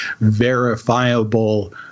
verifiable